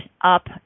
up